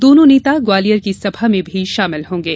दोनों नेता ग्वालियर की सभा में भी शामिल होंगे